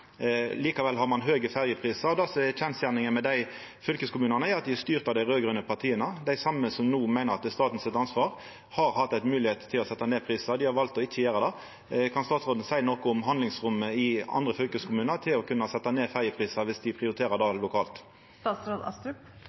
Likevel har ein høge ferjeprisar. Det som er kjensgjerninga med dei fylkeskommunane, er at dei er styrte av de raud-grøne partia. Dei same som no meiner at prisane er ansvaret til staten, har hatt moglegheit til å setja dei ned. Dei har valt å ikkje gjera det. Kan statsråden seia noko om handlingsrommet i andre fylkeskommunar til å setja ned ferjeprisar viss dei prioriterer det